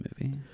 movie